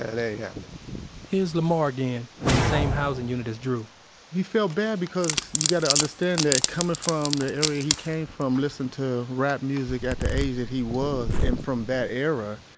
that ain't happening here's lemar again, from the same housing unit as drew he felt bad because, you got to understand that coming from the area he came from, listening to rap music at the age that he was and from that era,